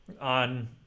on